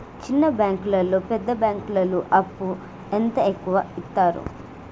చిన్న బ్యాంకులలో పెద్ద బ్యాంకులో అప్పు ఎంత ఎక్కువ యిత్తరు?